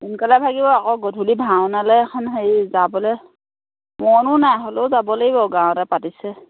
সোনকালে ভাগিব আকৌ গধূলি ভাওনালৈ এইখন হেৰি যাবলৈ মনো নাই হ'লেও যাব লাগিব গাঁৱতে পাতিছে